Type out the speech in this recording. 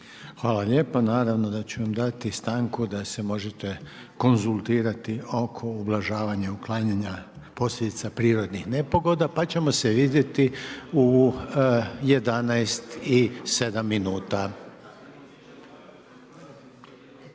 Hvala lijepa. Naravno da ću vam dati stanku da se možete konzultirati oko ublažavanja, otklanjanja posljedica prirodnih nepogoda, pa ćemo se vidjeti u 11, 07